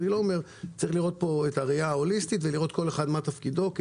צריך להסתכל בראייה הוליסטית ולראות מה תפקידו של כל אחד